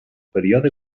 període